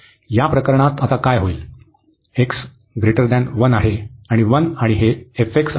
या प्रकरणात आता काय होईल x 1 आहे